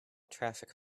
traffic